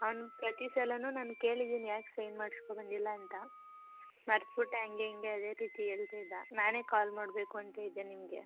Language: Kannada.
ಅವ್ನು ಪ್ರತಿಸಲನೂ ನಾನು ಕೇಳಿದೀನಿ ಯಾಕೆ ಸೈನ್ ಮಾಡಿಸ್ಕೊ ಬಂದಿಲ್ಲ ಅಂತ ಮರ್ತು ಬಿಟ್ಟೆ ಹಂಗೇ ಹಿಂಗೇ ಅದೇ ರೀತಿ ಹೇಳ್ತ ಇದ್ದ ನಾನೇ ಕಾಲ್ ಮಾಡಬೇಕು ಅಂತ ಇದ್ದೆ ನಿಮಗೆ